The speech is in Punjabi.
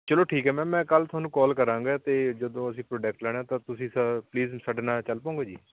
ਚਲੋ ਠੀਕ ਹੈ ਮੈਮ ਮੈਂ ਕੱਲ੍ਹ ਤੁਹਾਨੂੰ ਕੋਲ ਕਰਾਂਗਾ ਅਤੇ ਜਦੋਂ ਅਸੀਂ ਪ੍ਰੋਡਕਟ ਲੈਣਾ ਤਾਂ ਤੁਸੀਂ ਸ ਪਲੀਜ਼ ਸਾਡੇ ਨਾਲ ਚੱਲ ਪਉਂਗੇ ਜੀ